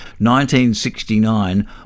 1969